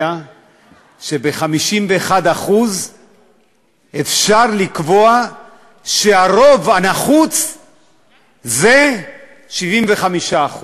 שב-51% אפשר לקבוע שהרוב הנחוץ זה 75%